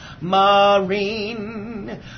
Marine